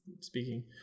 speaking